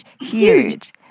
huge